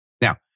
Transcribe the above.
Now